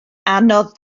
anodd